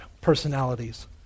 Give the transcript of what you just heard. personalities